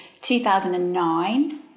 2009